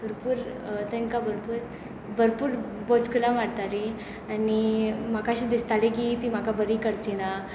भरपूर तांकां भरपूर भरपूर बोचकुलां मारतालीं आनी म्हाका अशें दिसताली की ती म्हाका बरी करचीना